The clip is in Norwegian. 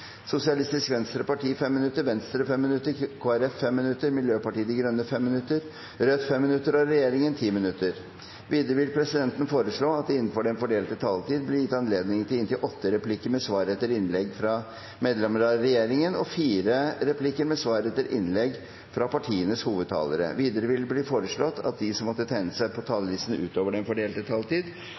Sosialistisk Venstreparti 5 minutter, Venstre 5 minutter, Kristelig Folkeparti 5 minutter, Miljøpartiet De Grønne 5 minutter, Rødt 5 minutter og regjeringen 10 minutter. Videre vil presidenten foreslå at det – innenfor den fordelte taletid – blir gitt anledning til inntil åtte replikker med svar etter innlegg fra medlemmer av regjeringen og fire replikker med svar etter innlegg fra partienes hovedtalere. Videre vil det bli foreslått at de som måtte tegne seg på talerlisten utover den fordelte taletid,